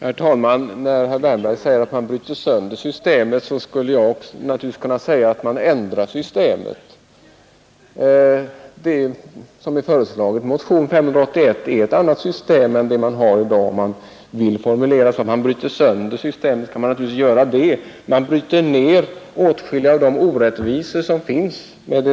Herr talman! När herr Wärnberg säger att motionen bryter sönder skattesystemet kan jag säga att den bara ändrar systemet. Motionen 581 går ut på ett annat system än det vi har nu. Men om man formulerar det så att förslaget bryter ned vissa inslag i det nuvarande skattesystemet så är det också riktigt. Man bryter ned åtskilliga av de orättvisor som finns nu.